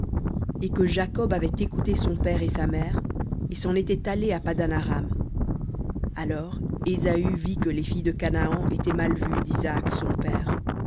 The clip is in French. et que jacob avait écouté son père et sa mère et s'en était allé à paddan aram alors ésaü vit que les filles de canaan étaient mal vues d'isaac son père